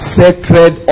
sacred